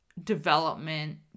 development